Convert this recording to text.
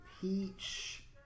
peach